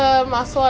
nice wallets